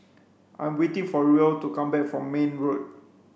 I'm waiting for Ruel to come back from Mayne Road